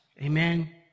Amen